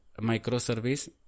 microservice